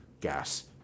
gas